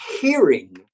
hearing